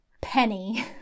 Penny